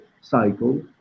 cycle